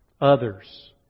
Others